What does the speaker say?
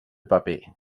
paper